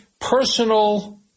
personal